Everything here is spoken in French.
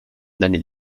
d’années